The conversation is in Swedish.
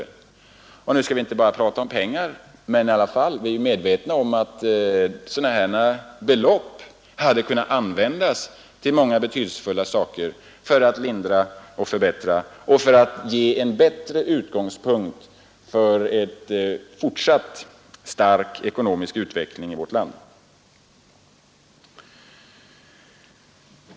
Vi skall visserligen inte bara tala om pengar, men vi är ändå medvetna om att detta belopp hade kunnat användas för många betydelsefulla ändamål: för att lindra och förbättra och för att ge en bättre utgångspunkt för en fortsatt stark ekonomisk utveckling i vårt land.